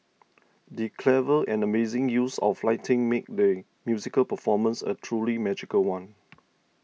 the clever and amazing use of lighting made the musical performance a truly magical one